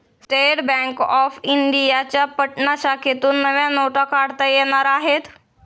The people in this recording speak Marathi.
स्टेट बँक ऑफ इंडियाच्या पटना शाखेतून नव्या नोटा काढता येणार आहेत